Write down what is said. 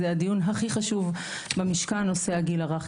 זה הדיון הכי חשוב במשכן נושא הגיל הרך,